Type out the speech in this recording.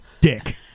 dick